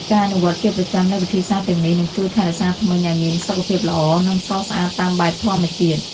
ការអនុវត្តន៍ជាប្រចាំនូវវិធីសាស្ត្រទាំងនេះនឹងជួយថែរក្សាធ្មេញឲ្យមានសុខភាពល្អ និងសស្អាតតាមបែបធម្មជាតិ។